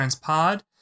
Pod